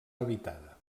habitada